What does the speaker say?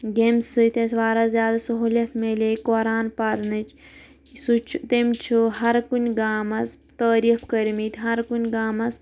یٚیمہِ سٕتۍ اسہِ واریاہ زِیادٕ سہوٗلیت میلے قۅران پَرنٕچۍ سُہ چھُ تٔمۍ چھُ ہَر کُنہِ گامَس تعریٖف کٔرمِتۍ ہَر کُنہِ گامَس